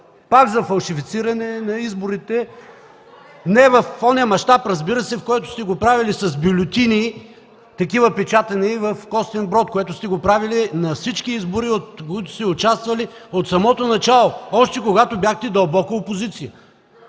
пак за фалшифициране на изборите не в онзи мащаб, разбира се, който сте го правили с печатани бюлетини в Костинброд, което сте го правили на всички избори, в които сте участвали от самото начало, още когато бяхте дълбока опозиция.